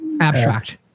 abstract